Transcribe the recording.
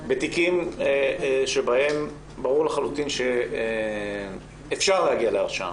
בתיקים שבהם ברור לחלוטין שאפשר היה להגיע להרשעה,